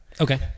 Okay